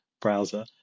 browser